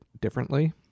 differently